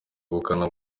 ubukana